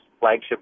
flagship